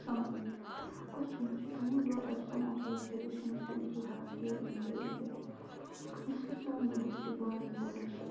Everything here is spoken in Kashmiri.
رُخسانہٕ کۄسچن حظ چھُ تُہُنٛد what are some of your suggestions to improve health care in your area یُس حظ سون یہِ ڈِسٹرک بانٛڈی پورہ چھِ